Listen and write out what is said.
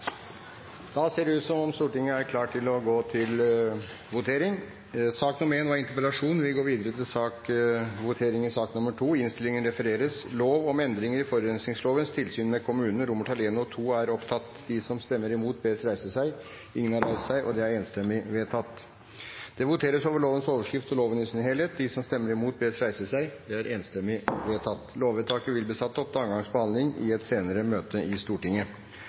Da ser det ut til at Stortinget er klar til å votere. I sak nr. 1 foreligger det ikke noe voteringstema. Det voteres over lovens overskrift og loven i sin helhet. Lovvedtaket vil bli satt opp til annen gangs behandling i et senere møte i Stortinget.